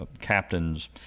captain's